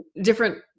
different